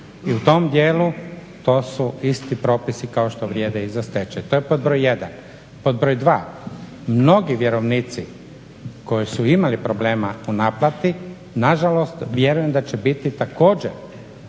I u tom dijelu to su isti propisi kao što vrijede i za stečaj. To je pod broj jedan. Pod broj dva, mnogi vjerovnici koji su imali problema u naplati nažalost vjerujem da će biti također